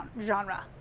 genre